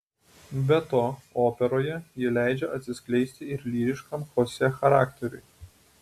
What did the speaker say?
be to operoje ji leidžia atsiskleisti ir lyriškam chosė charakteriui